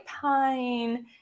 pine